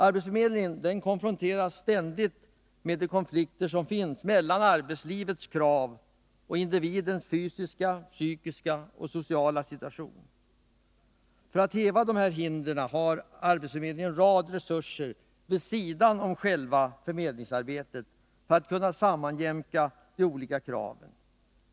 Arbetsförmedlingen konfronteras ständigt med de konflikter som finns mellan arbetslivets krav och individens fysiska, psykiska och sociala situation. Arbetsförmedlingen har därför fått en rad resurser vid sidan om själva förmedlingsarbetet för att kunna häva dessa hinder och sammanjämka de olika kraven.